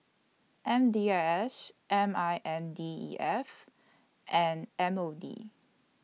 M D I S M I N D E F and M O D